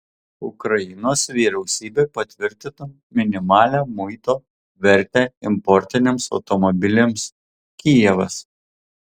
ukrainos vyriausybė patvirtino minimalią muito vertę importiniams automobiliams kijevas